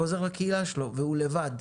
הוא חוזר לקהילה שלו והוא לבד.